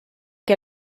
que